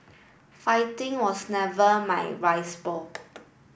fighting was never my rice bowl